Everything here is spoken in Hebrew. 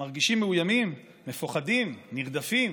מרגישים מאוימים, מפוחדים, נרדפים.